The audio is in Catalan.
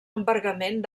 embargament